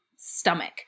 stomach